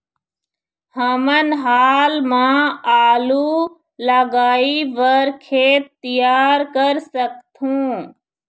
हमन हाल मा आलू लगाइ बर खेत तियार कर सकथों?